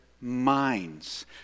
minds